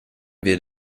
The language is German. wird